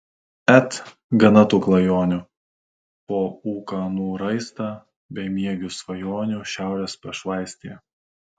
et gana tų klajonių po ūkanų raistą bemiegių svajonių šiaurės pašvaistėje